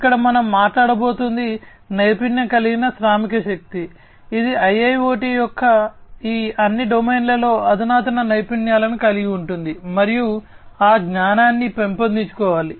ఇక్కడ మనం మాట్లాడబోయేది నైపుణ్యం కలిగిన శ్రామికశక్తి ఇది IIoT యొక్క ఈ అన్ని డొమైన్లలో అధునాతన నైపుణ్యాలను కలిగి ఉంటుంది మరియు ఆ జ్ఞానాన్ని పెంపొందించుకోవాలి